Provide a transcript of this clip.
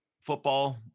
football